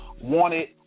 wanted